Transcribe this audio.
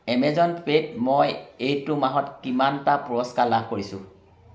Amazon পে'ত মই এইটো মাহত কিমানটা পুৰস্কাৰ লাভ কৰিছো